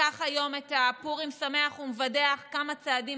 לקח היום את הפורים שמח ומבדח כמה צעדים